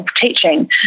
teaching